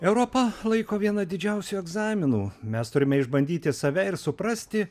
europa laiko vieną didžiausių egzaminų mes turime išbandyti save ir suprasti